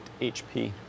HP